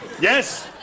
Yes